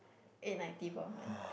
eight ninety per month